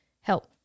help